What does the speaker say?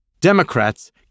Democrats